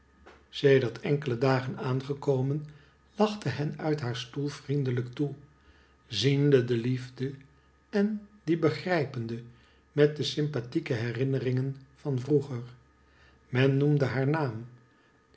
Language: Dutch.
sedert enkele dagen aangekomen lachte hen uit haar stoel vriendelijk toe ziende de liefde en die begrijpende met de sympathieke herinneringen van vroeger men noemde haar naam